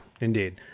indeed